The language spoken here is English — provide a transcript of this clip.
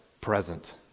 present